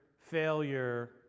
failure